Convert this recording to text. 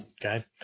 okay